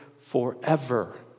forever